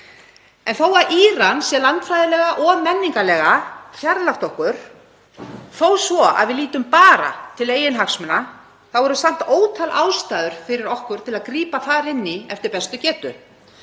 Þó að Íran sér landfræðilega og menningarlega fjarlægt okkur, þó svo að við lítum bara til eiginhagsmuna, eru samt ótal ástæður fyrir okkur til að grípa þar inn í eftir bestu getu,